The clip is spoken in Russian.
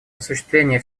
осуществление